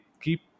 keep